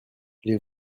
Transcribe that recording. les